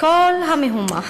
כל המהומה